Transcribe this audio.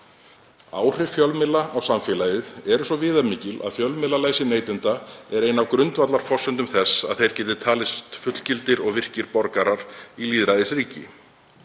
Áhrif fjölmiðla á samfélagið eru svo viðamikil að fjölmiðlalæsi neytenda er ein af grundvallarforsendum þess að þeir geti talist fullgildir og virkir borgarar í lýðræðisríki.